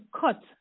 cut